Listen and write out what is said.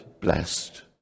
blessed